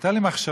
הייתה לי מחשבה,